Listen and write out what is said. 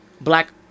black